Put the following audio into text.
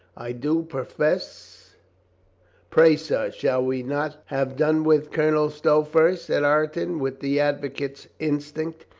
i do profess pray, sir, shall we not have done with colonel stow first? said ireton with the advocate's instinct.